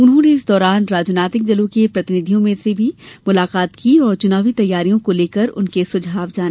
उन्होंने इस दौरान राजनीतिक दलों के प्रतिनिधियों से भी मुलाकात की और चुनावी तैयारियों को लेकर उनके सुझाव जाने